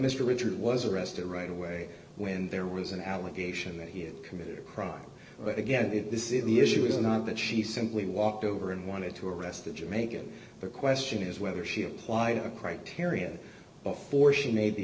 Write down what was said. mr richard was arrested right away when there was an allegation that he had committed a crime but again this is the issue is not that she simply walked over and wanted to arrest a jamaican the question is whether she applied a criteria before she made the